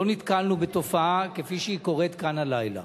ולא נתקלנו בתופעה כפי שהיא קורית כאן הלילה.